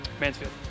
Mansfield